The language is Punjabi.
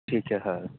ਠੀਕ ਹੈ ਸਰ